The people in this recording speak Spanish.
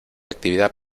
actividad